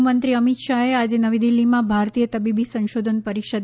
ગૃહમંત્રી અમિત શાહે આજે નવી દિલ્હીમાં ભારતીય તબીબી સંશોધન પરિષદ